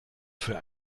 für